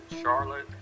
Charlotte